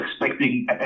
expecting